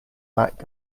back